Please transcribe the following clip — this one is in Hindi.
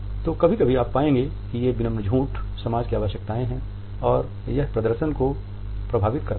तो कभी कभी आप पाएंगे कि ये विनम्र झूठ समाज की आवश्यकताएं हैं और यह प्रदर्शन को प्रभावित करते हैं